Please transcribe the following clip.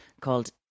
called